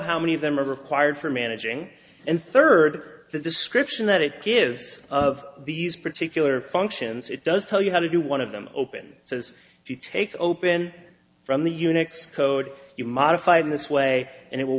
how many of them are required for managing and third the description that it gives of these particular functions it does tell you how to do one of them open so as you take open from the unix code you modify it in this way and it will